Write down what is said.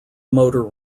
motor